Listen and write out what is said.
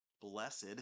Blessed